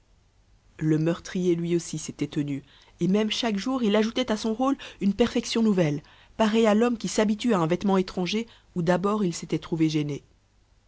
le meurtrier lui aussi s'était tenu et même chaque jour il ajoutait à son rôle une perfection nouvelle pareil à l'homme qui s'habitue à un vêtement étranger où d'abord il s'était trouvé gêné